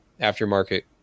aftermarket